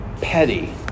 petty